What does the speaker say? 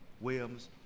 Williams